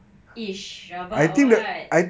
ish rabak or what